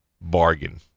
bargain